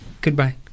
Goodbye